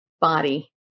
body